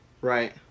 right